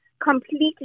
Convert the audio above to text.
completely